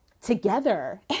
together